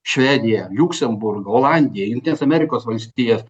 švediją liuksemburgą olandiją jungtines amerikos valstijas